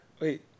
Wait